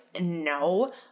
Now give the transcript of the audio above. No